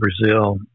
Brazil